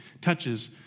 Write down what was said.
touches